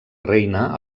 reina